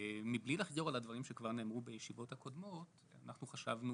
מבלי לחזור על הדברים שכבר נאמרו בישיבות הקודמות אנחנו חשבנו